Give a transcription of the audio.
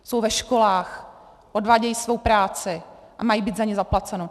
Jsou ve školách, odvádějí svou práci a mají být za ni zaplaceni.